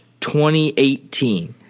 2018